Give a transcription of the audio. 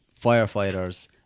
firefighters